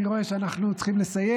אני רואה שאנו צריכים לסיים.